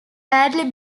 badly